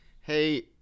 Hey